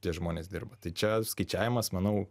tie žmonės dirba tai čia skaičiavimas manau